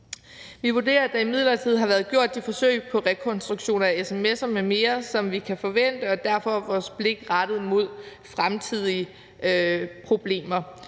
Vi vurderer, at der imidlertid har været gjort de forsøg på rekonstruktioner af sms'er m.m, som vi kan forvente, og derfor er vores blik rettet mod fremtidige problemer.